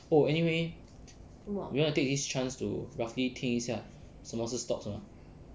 oh anyway you wanna take this chance to roughly 听一下什么是 stock mah